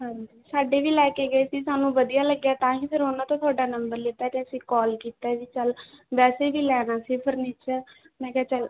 ਹਾਂਜੀ ਸਾਡੇ ਵੀ ਲੈ ਕੇ ਗਏ ਸੀ ਸਾਨੂੰ ਵਧੀਆ ਲੱਗਿਆ ਤਾਂ ਹੀ ਫਿਰ ਉਨ੍ਹਾਂ ਤੋਂ ਤੁਹਾਡਾ ਨੰਬਰ ਲਿੱਤਾ ਅਤੇ ਅਸੀਂ ਕੌਲ ਕੀਤਾ ਜੀ ਚਲ ਵੈਸੇ ਵੀ ਲੈਣਾ ਸੀ ਫਰਨੀਚਰ ਮੈਂ ਕਿਹਾ ਚਲ